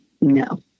no